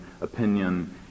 opinion